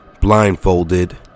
blindfolded